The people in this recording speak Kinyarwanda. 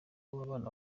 w’abana